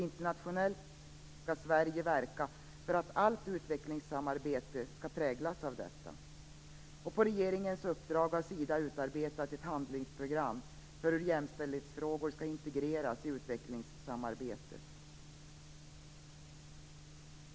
Internationellt skall Sverige verka för att allt utvecklingssamarbete skall präglas av detta. På regeringens uppdrag har Sida utarbetat ett handlingsprogram för hur jämställdhetsfrågor skall integreras i utvecklingssamarbetet.